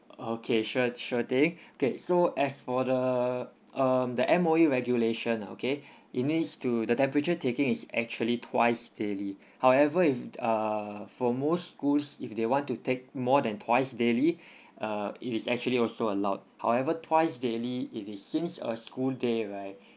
okay sure sure thing okay so as for the um the M_O_E regulation ah okay it needs to the temperature taking is actually twice daily however if uh for most schools if they want to take more than twice daily uh it is actually also allowed however twice daily it is since a school day right